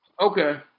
Okay